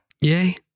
Yay